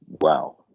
wow